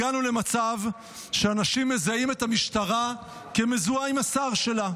הגענו למצב שאנשים מזהים את המשטרה כמזוהה עם השר שלה.